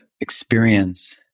experience